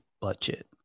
budget